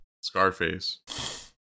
Scarface